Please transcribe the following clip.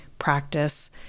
practice